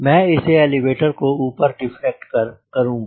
मैं इसे एलीवेटर को ऊपर डिफ्लेक्ट कर करूँगा